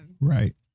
Right